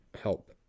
help